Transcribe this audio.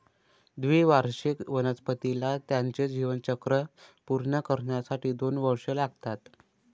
द्विवार्षिक वनस्पतीला त्याचे जीवनचक्र पूर्ण करण्यासाठी दोन वर्षे लागतात